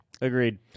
Agreed